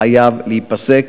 חייב להיפסק.